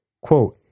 Quote